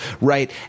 right